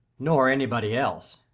nor anybody else.